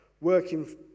working